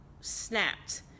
snapped